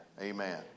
Amen